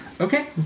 Okay